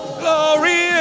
glory